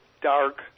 dark